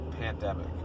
pandemic